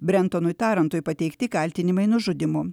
brentonui tarentui pateikti kaltinimai nužudymu